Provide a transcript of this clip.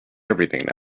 everything